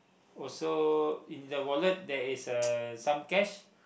also in the wallet there is some cash